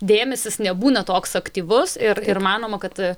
dėmesis nebūna toks aktyvus ir manoma kad